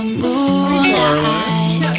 moonlight